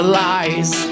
lies